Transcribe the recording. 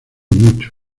mucho